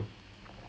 mm